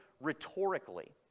rhetorically